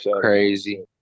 Crazy